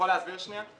להסביר שנייה?